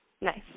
Nice